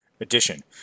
edition